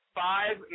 five